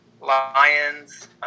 Lions